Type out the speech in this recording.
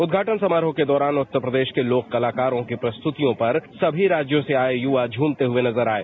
उद्घाटन समारोह के दौरान उत्त रप्रदेश के लोक कलाकारों और उनकी प्रस्तुोतियों पर सभी राज्योंक से आये यूवा झूमते हुए नजर आये